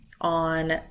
on